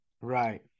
Right